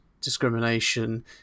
discrimination